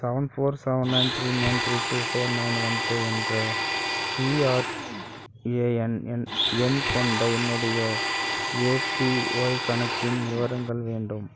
seven four seven nine three nine three two four nine one two என்ற PRAN எண் கொண்ட என்னுடைய APY கணக்கின் விவரங்கள் வேண்டும்